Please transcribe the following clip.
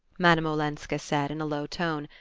madame olenska said in a low tone,